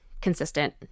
consistent